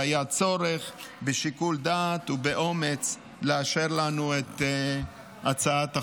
והיה צורך בשיקול דעת ובאומץ לאשר לנו את הצעת החוק.